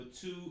two